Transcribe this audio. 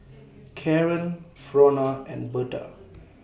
Kaaren Frona and Berta